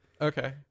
okay